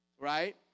right